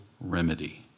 remedy